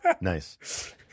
Nice